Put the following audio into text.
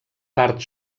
part